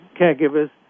caregivers